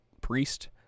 priest